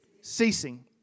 ceasing